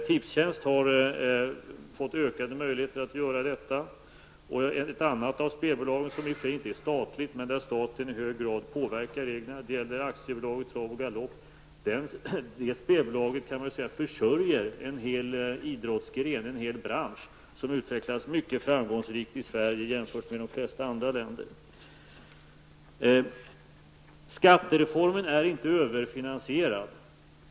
Tipstjänst har fått ökade möjligheter att göra detta. AB Trav och Galopp -- som i och för sig inte är statligt, men där staten i hög grad påverkar reglerna i hög grad -- försörjer en hel idrottsgren, en hel bransch som utvecklas mycket framgångsrikt i Sverige jämfört med de flesta andra länder. Skattereformen är inte överfinansierad.